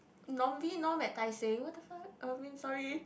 at Tai-Seng what the fuck um mean sorry